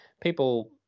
people